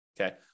okay